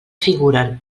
figuren